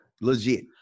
legit